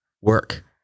Work